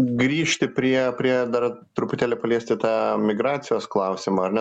grįžti prie prie dar truputėlį paliesti tą migracijos klausimą ar ne